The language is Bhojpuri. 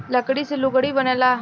लकड़ी से लुगड़ी बनेला